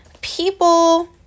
people